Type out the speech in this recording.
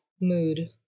mood